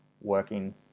working